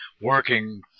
working